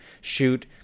shoot